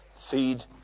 feed